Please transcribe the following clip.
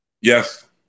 Yes